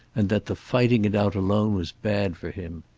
and that the fighting it out alone was bad for him.